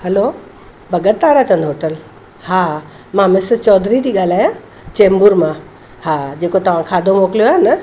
hello Bhagat Tarachand hotel हा मां Mrs Chaudhary थी ॻाल्हायां चेंबूर मां हा जेको तां खाधो मोकिलियो आहे न